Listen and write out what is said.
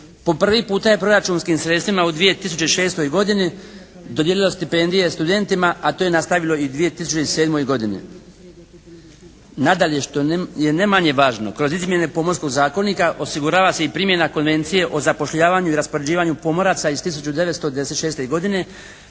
po prvi je proračunskim sredstvima u 2006. godini dodijelilo stipendije studentima, a to je napravilo i u 2007. godini. Nadalje što je ne manje važno. Kroz izmjene Pomorskog zakonika osigurava i primjena Konvencije o zapošljavanju i raspoređivanju pomoraca iz 1996. godine